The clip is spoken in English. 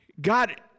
God